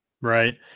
Right